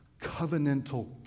covenantal